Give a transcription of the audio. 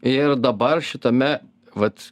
ir dabar šitame vat